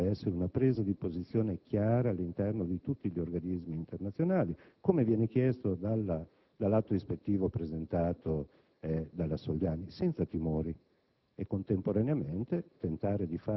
quindi, che da parte del Governo vi debba essere una presa di posizione chiara all'interno di tutti gli Organismi internazionali, come viene chiesto dall'atto ispettivo presentato dalla senatrice Soliani, senza timori,